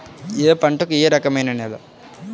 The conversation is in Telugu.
ఏ పంటకు ఏ రకమైన నేల?